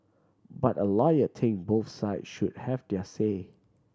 but a lawyer think both side should have their say